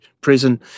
prison